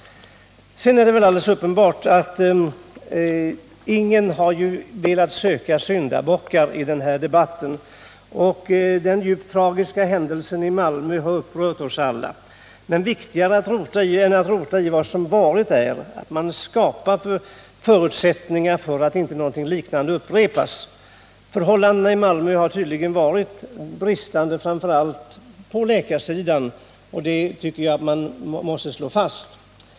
Det är alldeles uppenbart att ingen har velat söka syndabockar i den här debatten. Den djupt tragiska händelsen i Malmö har upprört oss alla. Men viktigare än att rota i vad som varit, det är att man skapar förutsättningar för att inte någonting liknande händer igen. Förhållandena i Malmö har tydligen varit bristfälliga, framför allt på läkarsidan, och det tycker jag att man måste slå fast.